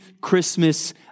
Christmas